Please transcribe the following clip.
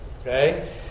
okay